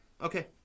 Okay